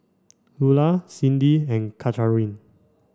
Ula Cyndi and Katharyn